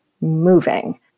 moving